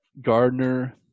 Gardner